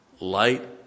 Light